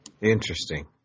Interesting